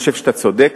אני חושב שאתה צודק.